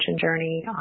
journey